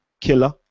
Killer